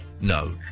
No